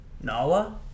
Nala